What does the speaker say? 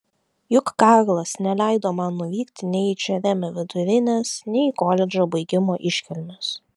juk karlas neleido man nuvykti nei į džeremio vidurinės nei į koledžo baigimo iškilmes